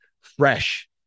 fresh